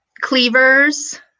cleavers